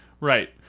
Right